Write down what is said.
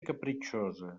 capritxosa